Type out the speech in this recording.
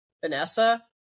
Vanessa